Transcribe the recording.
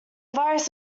virus